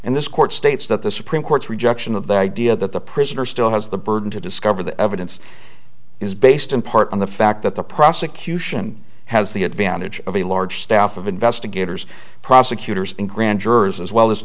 and this court states that the supreme court's rejection of the idea that the prisoner still has the burden to discover the evidence is based in part on the fact that the prosecution has the advantage of a large staff of investigators prosecutors and grand jurors as well as